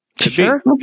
Sure